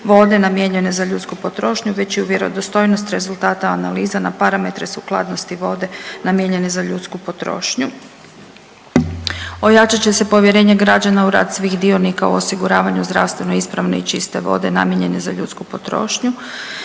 vode namijenjene za ljudsku potrošnju, već i u vjerodostojnost rezultata analiza na parametre sukladnosti vode namijenjene za ljudsku potrošnju, ojačat će se povjerenje građana u rad svih dionika u osiguravanju zdravstveno ispravne i čiste vode namijenjene za ljudsku potrošnju,